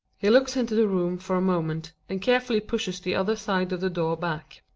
he looks into the room for a moment, and carefully pushes the other side of the door back.